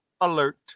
alert